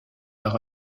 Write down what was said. par